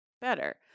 better